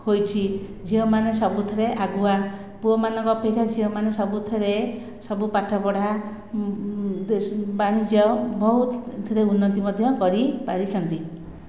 ହୋଇଛି ଝିଅମାନେ ସବୁଥିରେ ଆଗୁଆ ପୁଅମାନଙ୍କ ଅପେକ୍ଷା ଝିଅମାନେ ସବୁଥିରେ ସବୁ ପାଠ ପଢ଼ା ବାଣିଜ୍ୟ ବହୁତ ଥିରେ ଉନ୍ନତି ମଧ୍ୟ କରି ପାରିଛନ୍ତି